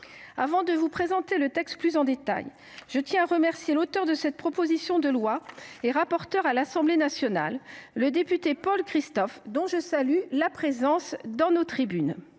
Avant de vous présenter ces dispositions plus en détail, je tiens à remercier l’auteur de cette proposition de loi et rapporteur de l’Assemblée nationale, le député Paul Christophe, dont je salue la présence en tribune